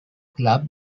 club